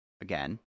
again